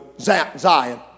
Zion